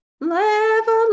level